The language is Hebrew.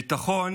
"ביטחון